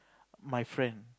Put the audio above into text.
my friend